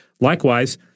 Likewise